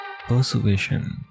Persuasion